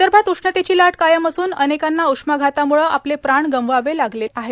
विदर्भात उष्णतेची लाट कायम असून अनेकांना उष्माघातामुळे आपले प्राण गमवावे लागले आहेत